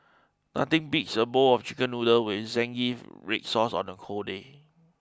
nothing beats a bowl of chicken noodles with zingy red sauce on a cold day